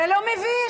זה לא מביש?